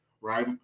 right